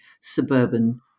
suburban